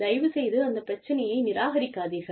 தயவுசெய்து அந்த பிரச்சனையை நிராகரிக்காதீர்கள்